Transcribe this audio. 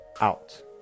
out